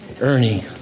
Ernie